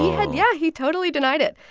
had yeah, he totally denied it.